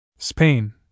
Spain